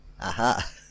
Aha